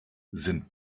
sind